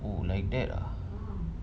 oh like that ah